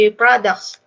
products